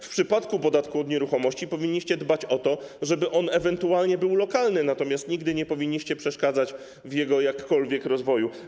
W przypadku podatku od nieruchomości powinniście dbać o to, żeby on ewentualnie był lokalny, ale nigdy nie powinniście przeszkadzać w jakimkolwiek rozwoju.